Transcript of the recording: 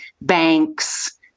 banks